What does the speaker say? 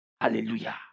Hallelujah